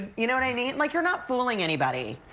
you know and i mean like you're not fooling anybody.